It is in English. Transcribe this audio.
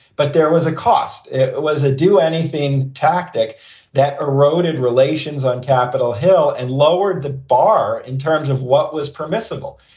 but there was a cost. it was a do anything tactic that eroded relations on capitol hill and lowered the bar in terms of what was permissible.